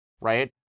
right